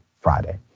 Friday